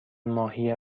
ماهی